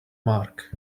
mark